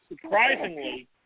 Surprisingly